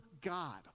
God